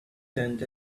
tent